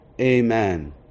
Amen